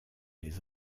les